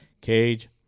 Cage